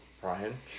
Brian